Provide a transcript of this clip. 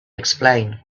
explain